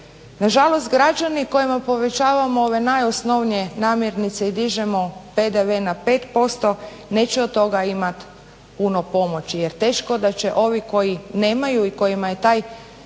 na žalost građani kojima povećavamo ove najosnovnije namirnice i dižemo PDV na 5% neće od toga imati puno pomoći. Jer teško da će ovi koji nemaju i kojima je taj